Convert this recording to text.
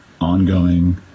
ongoing